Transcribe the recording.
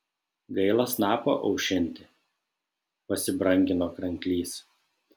gaila snapą aušinti pasibrangino kranklys